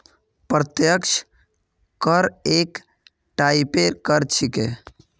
प्रत्यक्ष कर एक टाइपेर कर छिके